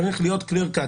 צריך להיות clear-cut.